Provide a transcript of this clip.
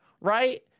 right